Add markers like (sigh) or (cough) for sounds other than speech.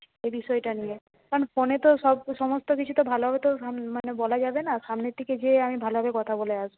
এ বিষয়টা নিয়ে কারণ ফোনে তো সব সমস্ত কিছু তো ভালোভাবে তো (unintelligible) মানে বলা যাবে না সামনে থেকে যেয়ে আমি ভালোভাবে কথা বলে আসবো